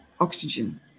oxygen